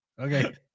Okay